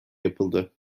yapıldı